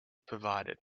provided